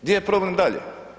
Gdje je problem dalje?